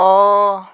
অঁ